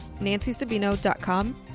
nancysabino.com